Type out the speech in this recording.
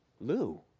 Lou